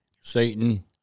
satan